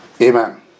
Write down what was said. Amen